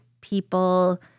people